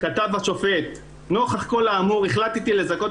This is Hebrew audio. כתב השופט: "נוכח כל האמור החלטתי לזכות